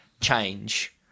change